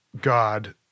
God